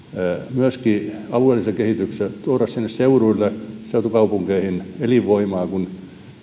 myöskin alueelliseen kehitykseen tuoda sinne seuduille seutukaupunkeihin elinvoimaa kun